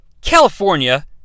California